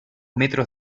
metros